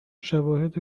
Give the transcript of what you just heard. شواهد